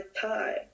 time